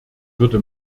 würde